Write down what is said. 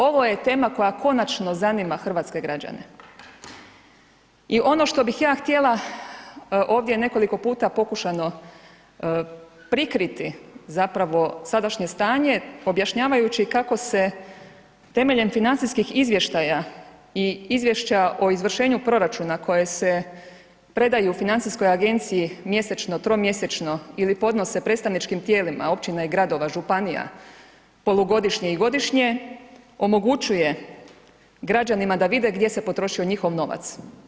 Ovo je tema koja konačno zanima hrvatske građane i ono što bih ja htjela ovdje je nekoliko puta pokušano prikriti zapravo sadašnje stanje objašnjavajući kako se temeljem financijskih izvještaja i izvješća o izvršenju proračuna koje se predaju FINA-i mjesečno, tromjesečno ili podnose predstavničkim tijelima općina i gradova, županija, polugodišnje i godišnje, omogućuje građanima da vide gdje se potrošio njihov novac.